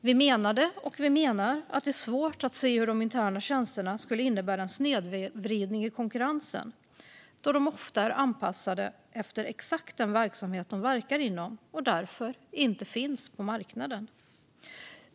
Vi menade, och menar, att det är svårt att se hur de interna tjänsterna skulle innebära en snedvridning i konkurrensen då de ofta är anpassade efter exakt den verksamhet som de verkar inom och därför inte finns på marknaden.